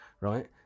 right